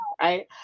right